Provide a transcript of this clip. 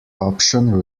option